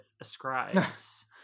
ascribes